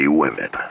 women